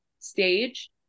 stage